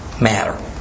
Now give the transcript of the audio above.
matter